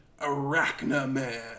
Arachnaman